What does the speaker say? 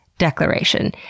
declaration